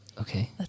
Okay